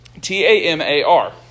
T-A-M-A-R